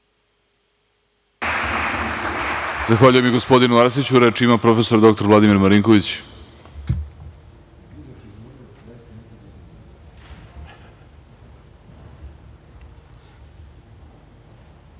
Zahvaljujem, gospodinu Arsiću. Reč ima prof. dr Vladimir Marinković.